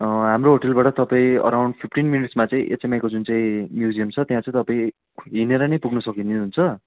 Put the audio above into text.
हाम्रो होटेलबाट तपाईँ अराउन्ड फिफ्टिन मिनट्समा चाहिँ एचएमआईको जुन चाहिँ म्युजियम छ त्यहाँ चाहिँ तपाईँ हिँडेर नै पुग्न सक्नुहुन्छ